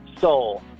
Soul